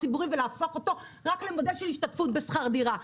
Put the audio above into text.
הציבורי ולהפוך אותו רק למודל של השתתפות בשכר דירה,